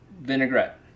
vinaigrette